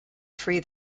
free